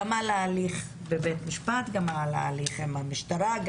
גם על ההליך בבית המשפט וגם על ההליך במשטרה.